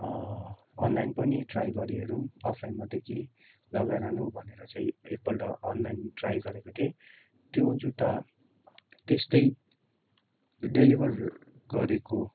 online पनि try गरी हेरेँ अफलाइन मात्रै के लगाइरहनु भनेर चाहिँ एकपल्ट अनलाइन ट्राई गरेको थिएँ त्यो जुत्ता त्यस्तै डेलिभर गरेको